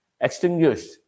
extinguished